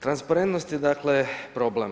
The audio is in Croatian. Transparentnost je dakle problem.